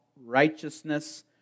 righteousness